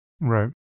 Right